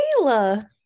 Kayla